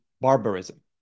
barbarism